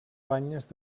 banyes